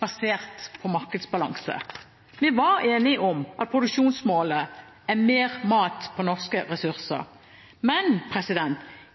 basert på markedsbalanse, vi var enige om at produksjonsmålet er mer mat på norske ressurser. Men